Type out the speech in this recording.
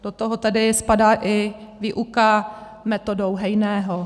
Do toho tedy spadá i výuka metodou Hejného.